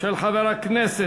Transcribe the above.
של חבר הכנסת